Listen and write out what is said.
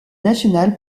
nationale